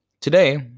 Today